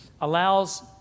allows